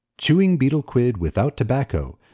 chewing betel quid without tobacco,